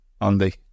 Andy